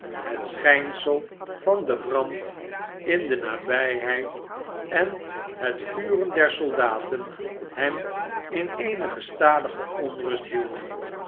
het schijnsel van den brand in de nabijheid en het vuren der soldaten hem in eene gestadige onrust hielden